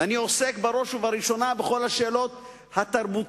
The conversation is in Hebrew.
ואני עוסק בראש ובראשונה בכל השאלות התרבותיות,